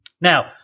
now